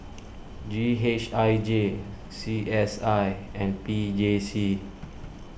G H I J C S I and P J C